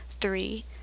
three